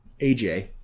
AJ